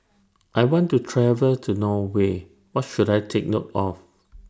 I want to travel to Norway What should I Take note of